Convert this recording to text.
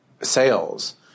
sales